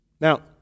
Now